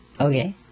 Okay